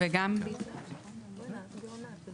אני חושב שהמנגנון שהוצג כאן,